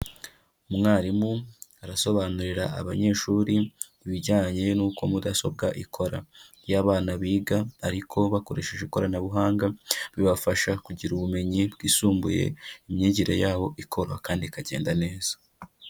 Umwarimu arasobanurira abanyeshuri ibijyanye n'uko mudasobwa ikora, iyo abana biga ariko bakoresheje ikoranabuhanga, bibafasha kugira ubumenyi bwisumbuye imyigire yabo ikoroha kandi ikagenda neza.